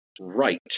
right